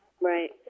Right